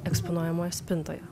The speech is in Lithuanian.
eksponuojamoje spintoje